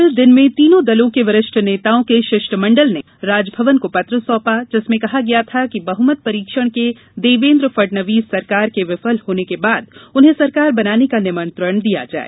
कल दिन में तीनों दलों के वरिष्ठ नेताओँ के शिष्टमंडल ने राजभवन को पत्र सौंपा जिसमें कहा गया था कि बहमत परीक्षण में देवेन्द्र फडणवीस सरकार के विफल होने के बाद उन्हें सरकार बनाने का निमंत्रण दिया जाए